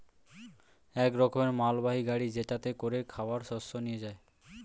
এক রকমের মালবাহী গাড়ি যেটাতে করে খাবার শস্য নিয়ে যায়